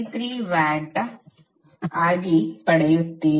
3 watt ಆಗಿ ಪಡೆಯುತ್ತೀರಿ